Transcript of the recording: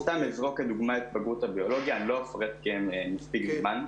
אזרוק כדוגמה את בגרות הביולוגיה אני לא אפרט כי אין מספיק זמן.